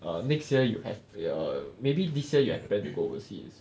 err next year you have your maybe this year you have plan to go overseas